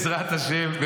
בעזרת השם,